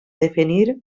definir